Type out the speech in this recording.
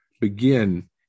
begin